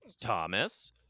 thomas